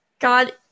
God